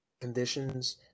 Conditions